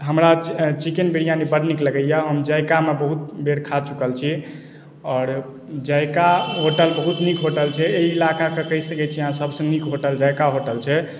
हमरा चिकेन बिरयानी बड नीक लगैए हम जायकामे बहुत बेर खा चुकल छी आओर जायका होटल बहुत नीक होटल छै एहि इलाकाके कहि सकैत छी अहाँ सभसँ नीक होटल जायका होटल छै